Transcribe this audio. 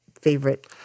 favorite